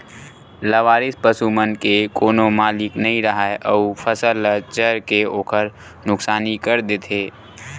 लवारिस पसू मन के कोनो मालिक नइ राहय अउ फसल ल चर के ओखर नुकसानी कर देथे